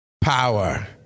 power